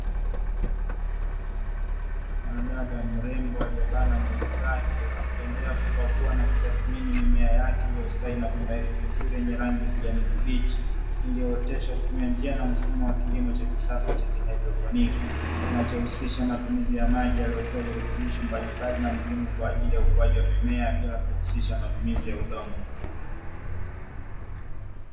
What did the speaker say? Mwanadada mrembo aliyebana nywele zake, akiendelea kukagua na kutathmini mimea yake iliyostawi na kunawiri yenye ya kijani kibichi, iliyooteshwa kwa kutumia njia na mfumo wa kilimo cha kisasa cha haidroponi, kinachohusisha matumizi ya maji yaliyotiwa virutubisho mbalimbali na muhimu kwa ajili ya ukuaji wa mimea bila kuhusisha matumizi ya udongo.